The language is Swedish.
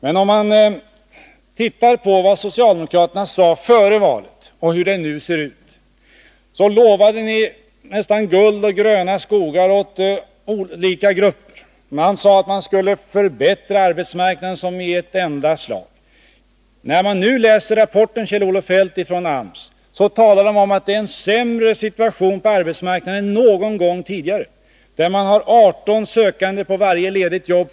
Men om man tittar på vad socialdemokraterna sade före valet och jämför med hur det nu ser ut, finner man att de lovade olika grupper i det närmaste guld och gröna skogar. Arbetsmarknaden skulle förbättras i ett enda slag. I rapporten från AMS, Kjell-Olof Feldt, säger man emellertid att situationen på arbetsmarknaden är sämre än någonsin. Det är 18 sökande på varje ledigt jobb.